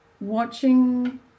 watching